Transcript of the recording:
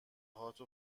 هات